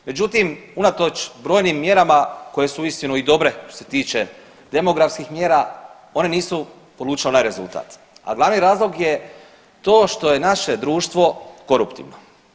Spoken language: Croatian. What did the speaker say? Međutim, unatoč brojnim mjerama koje su uistinu i dobre što se tiče demografskim mjera one nisu polučile onaj rezultat, a glavni razlog je to što je naše društvo koruptivno.